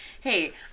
hey